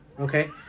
Okay